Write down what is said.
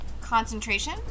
Concentration